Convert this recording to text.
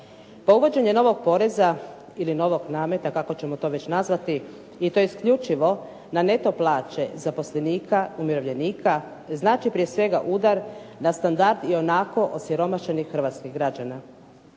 Pa uvođenjem novog poreza ili novog nameta kako ćemo to već nazvati i to isključivo na neto plaće zaposlenika, umirovljenika znači prije svega udar na standard ionako osiromašenih hrvatskih građana.